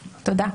תודה.